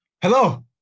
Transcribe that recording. Hello